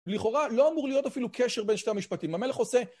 לכאורה לא אמור להיות אפילו קשר בין שתי המשפטים. המלך עושה...